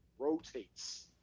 Rotates